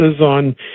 on